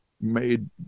made